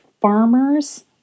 farmers